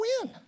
win